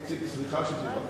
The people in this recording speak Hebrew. איציק, סליחה שסיבכתי אותך.